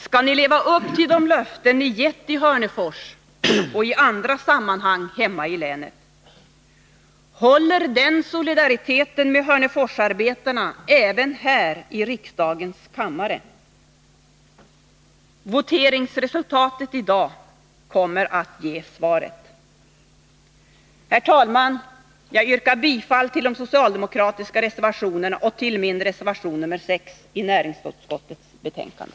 Skall ni leva upp till de löften ni gett i Hörnefors och i andra sammanhang hemma i länet? Håller den solidariteten med Hörneforsarbetarna även här i riksdagens kammare? Voteringsresultatet i dag kommer att ge svaret. Herr talman! Jag yrkar bifall till min reservation nr 6 samt till de övriga socialdemokratiska reservationerna i näringsutskottets betänkande.